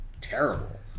terrible